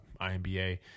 IMBA